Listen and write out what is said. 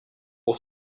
aux